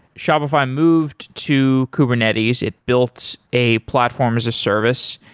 shopify moved to kubernetes. it built a platform as a service,